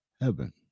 heaven